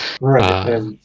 Right